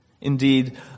Indeed